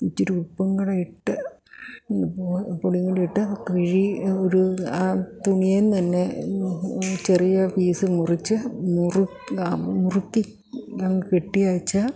ഇത്തിരി ഉപ്പും കൂടെ ഇട്ട് ഉപ്പും കൂടി ഇട്ട് കിഴി ഒരു ആ തുണിയിൽ നിന്ന് തന്നെ ചെറിയ പീസ് മുറിച്ചു മുറുക്കി കെട്ടിയേച്ചു